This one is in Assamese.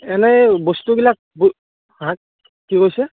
এনেই বস্তুবিলাক হা কি কৈছে